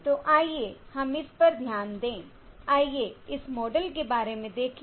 तो आइए हम इस पर ध्यान दें आइए इस मॉडल के बारे में देखें